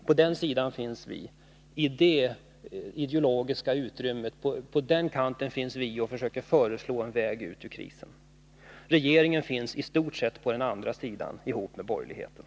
På den kanten — i det ideologiska utrymmet — finns vi och försöker föreslå en väg ut ur krisen. Regeringen finns i stort sett på den andra sidan — ihop med borgerligheten.